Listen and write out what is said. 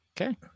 Okay